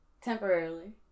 Temporarily